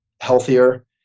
healthier